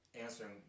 answering